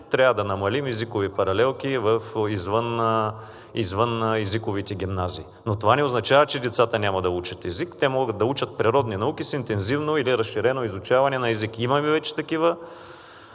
трябва да намалим езиковите паралелки извън езиковите гимназии. Но това не означава, че децата няма да учат език. Те могат да учат природни науки с интензивно или разширено изучаване на език. Имаме вече такива